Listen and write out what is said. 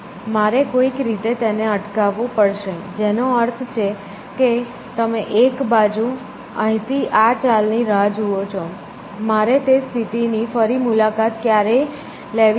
મારે કોઈક રીતે તેને અટકાવવું પડશે જેનો અર્થ છે કે એક બાજુ અહીંથી આ ચાલની રાહ જુએ છે મારે તે સ્થિતિની ફરી મુલાકાત ક્યારેય લેવી જોઈએ નહીં